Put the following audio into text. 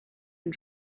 and